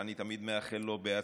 שאני תמיד מאחל לו בהצלחה,